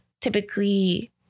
typically